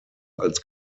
als